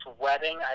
wedding